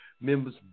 members